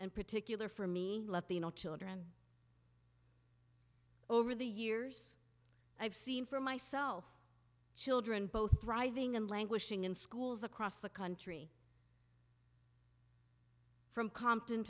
in particular for me latino children over the years i've seen for myself children both thriving and languishing in schools across the country from compton